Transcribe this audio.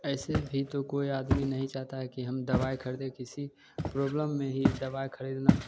ऐसे भी तो कोई आदमी नहीं चाहता है कि हम दवाई ख़रीदे किसी प्रॉब्लम में ही दवा ख़रीदना